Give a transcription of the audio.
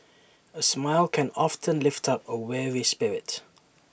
A smile can often lift up A weary spirit